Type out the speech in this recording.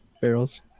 barrels